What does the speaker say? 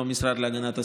לא המשרד להגנת הסביבה.